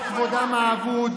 את כבודם האבוד.